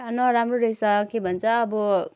नराम्रो रहेछ के भन्छ अब